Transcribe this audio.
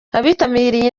abitabiriye